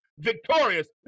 Victorious